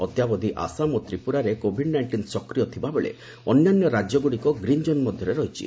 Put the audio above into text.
ଅଦ୍ୟାବଧି ଆସାମ ଓ ତ୍ରିପୁରାରେ କୋଭିଡ୍ ନାଇଷ୍ଟିନ୍ ସକ୍ରିୟ ଥିବାବେଳେ ଅନ୍ୟାନ୍ୟ ରାଜ୍ୟଗୁଡ଼ିକ ଗ୍ରୀନ୍ ଜୋନ୍ ମଧ୍ୟରେ ରହିଛି